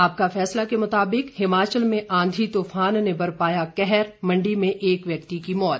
आपका फैसला के मुताबिक हिमाचल में आंधी तूफान ने बरपाया कहर मंडी में एक व्यक्ति की मौत